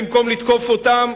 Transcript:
אתם ממלאים את פיכם מים.